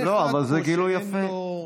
אבל זה גילוי יפה,